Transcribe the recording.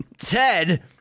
Ted